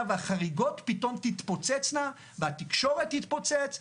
והחריגות פתאום תתפוצצנה והתקשורת תתפוצץ.